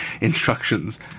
instructions